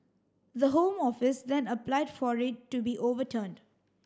the Home Office then applied for it to be overturned